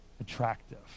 attractive